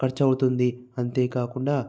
ఖర్చు అవుతుంది అంతేకాకుండా